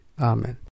Amen